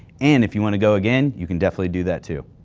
and if you want to go again, you can definitely do that too.